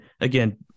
Again